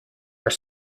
are